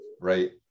right